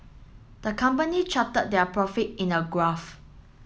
the company charted their profit in a graph